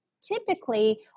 typically